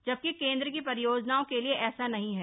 जबकि केन्द्र की परियोजनाओं के लिये ऐसा नहीं है